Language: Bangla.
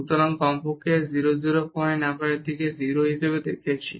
সুতরাং কমপক্ষে 0 0 পয়েন্ট আমরা এটিকে 0 হিসাবে দেখেছি